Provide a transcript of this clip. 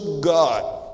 God